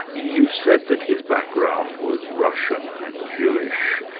you said that his background was russian and jewish.